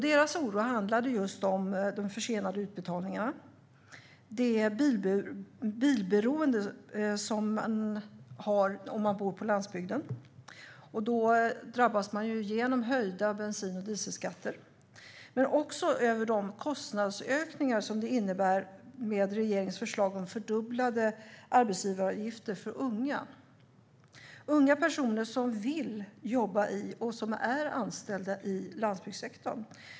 Deras oro handlade just om de försenade utbetalningarna och det bilberoende som man har om man bor på landsbygden då man drabbas av höjda bensin och dieselskatter, men också om de kostnadsökningar som regeringens förslag om fördubblade arbetsgivaravgifter för unga innebär och som berör unga personer som vill jobba i och som är anställda i landsbygdssektorn.